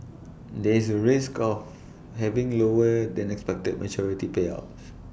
there is A risk of having lower than expected maturity payouts